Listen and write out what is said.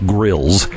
Grills